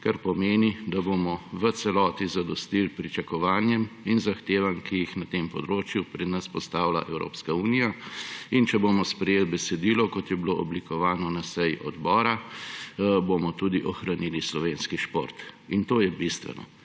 kar pomeni, da bomo v celoti zadostili pričakovanjem in zahtevam, ki jih na tem področju pri nas postavlja Evropska unija. Če bomo sprejeli besedilo, kot je bilo oblikovano na seji odbora, bomo tudi ohranili slovenski šport. In to je bistveno.